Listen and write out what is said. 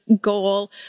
goal